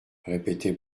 répétait